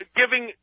giving